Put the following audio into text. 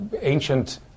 ancient